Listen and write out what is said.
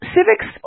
Civics